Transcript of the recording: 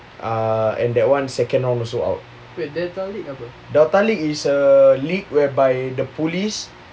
uh and that [one] second round also out delta league is a league whereby the police